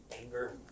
anger